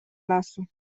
lasu